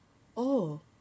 oh